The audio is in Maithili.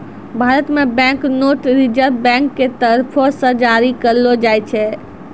भारत मे बैंक नोट रिजर्व बैंक के तरफो से जारी करलो जाय छै